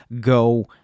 go